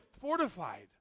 fortified